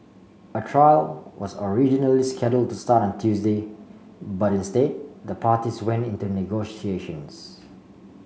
a trial was originally scheduled to start on Tuesday but instead the parties went into negotiations